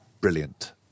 brilliant